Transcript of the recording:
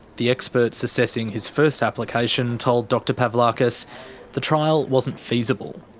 the experts assessing his first application told dr pavlakis the trial wasn't feasible.